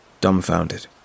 dumbfounded